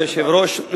כבוד היושב-ראש,